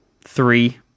three